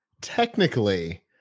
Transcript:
technically